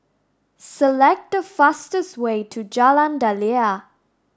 select the fastest way to Jalan Daliah